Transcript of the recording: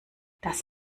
das